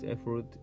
effort